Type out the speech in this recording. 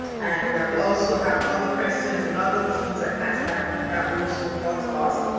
and we also have other persons and other teams at isnad-africa who support us.